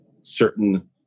certain